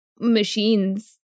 machines